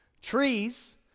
Trees